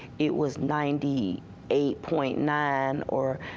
it was ninety eight point nine or